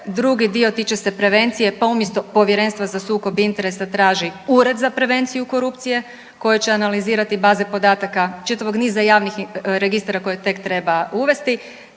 Drugi dio tiče se prevencije pa umjesto Povjerenstva za sukob interesa traži Ured za prevenciju korupcije koje će analizirati baze podataka čitavog niza javnih registara koje tek treba uvesti.